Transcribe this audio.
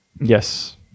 Yes